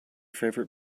favorite